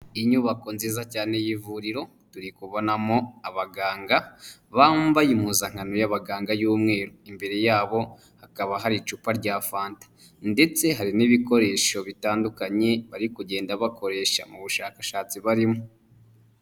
Inyubako nziza cyane y'ivuriro turikubonamo abaganga bambaye impuzankano y'abaganga y'umweru, imbere yabo hakaba hari icupa rya fanta ndetse hari n'ibikoresho bitandukanye bari kugenda bakoresha mu bushakashatsi barimo.